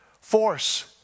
force